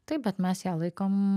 taip bet mes ją laikom